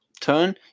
turn